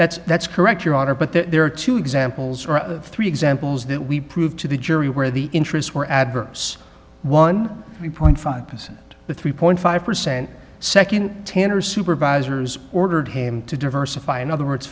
that's that's correct your honor but there are two examples or three examples that we prove to the jury where the interests were adverse one point five percent to three point five percent second ten or supervisors ordered him to diversify in other words